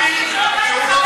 למה, רוצים להקשיב, הם צועקים.